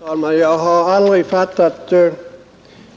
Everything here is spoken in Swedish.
Herr talman! Jag har aldrig fattat